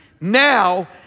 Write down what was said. now